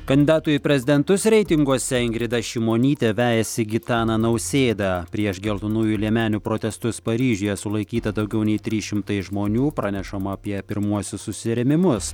kandidatų į prezidentus reitinguose ingrida šimonytė vejasi gitaną nausėdą prieš geltonųjų liemenių protestus paryžiuje sulaikyta daugiau nei trys šimtai žmonių pranešama apie pirmuosius susirėmimus